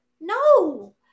No